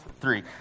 Three